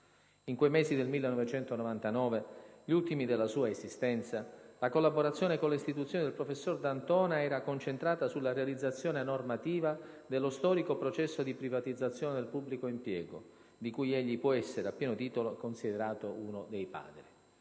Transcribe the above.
In quei mesi del 1999 - gli ultimi della sua esistenza - la collaborazione con le istituzioni del professor D'Antona era concentrata sulla realizzazione normativa dello storico processo di privatizzazione del pubblico impiego, di cui egli può essere, a pieno titolo, considerato uno dei padri.